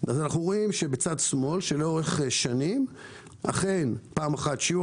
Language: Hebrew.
אנחנו רואים בצד שמאל שלאורך שנים אכן שיעור